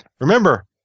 Remember